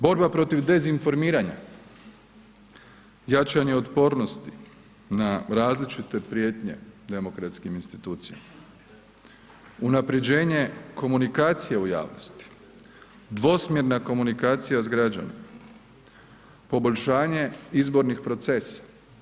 Borba protiv dezinformiranja, jačanje otpornosti na različite prijetnje demokratskim institucijama, unapređenje komunikacija u javnosti, dvosmjerna komunikacija s građanima, poboljšanje izbornih procesa.